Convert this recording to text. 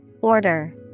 Order